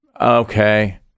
Okay